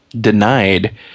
denied